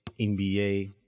NBA